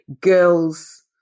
girls